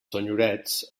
senyorets